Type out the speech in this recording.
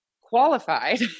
qualified